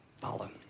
follow